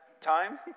time